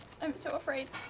i'm so afraid.